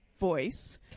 voice